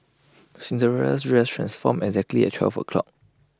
Cinderella's dress transformed exactly at twelve o'clock